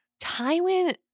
Tywin